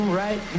right